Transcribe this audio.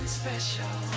special